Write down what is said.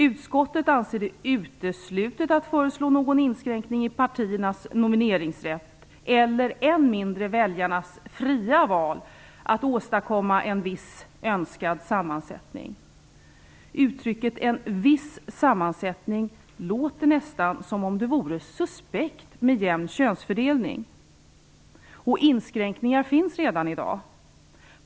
Utskottet anser det vara uteslutet att föreslå någon inskränkning i partiernas nomineringsrätt eller än mindre i väljarnas fria val för att åstadkomma en viss önskad sammansättning. Uttrycket "en viss sammansättning" låter nästan som om det vore suspekt med jämn könsfördelning. Inskränkningar finns redan i dag.